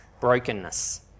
brokenness